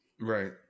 Right